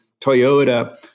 Toyota